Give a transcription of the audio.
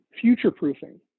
future-proofing